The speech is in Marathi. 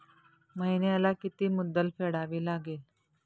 महिन्याला किती मुद्दल फेडावी लागेल?